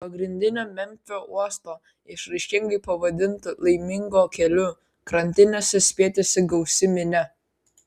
pagrindinio memfio uosto išraiškingai pavadinto laimingu keliu krantinėse spietėsi gausi minia